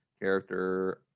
character